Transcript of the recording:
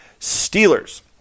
Steelers